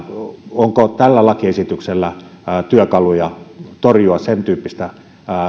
onko tällä lakiesityksellä työkaluja torjua sentyyppistä